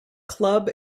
club